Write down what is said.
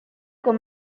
con